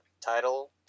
title